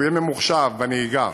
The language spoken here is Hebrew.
שהוא יהיה ממוחשב בנהיגה,